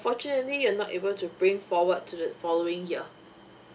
unfortunately you are not able to bring forward to the following year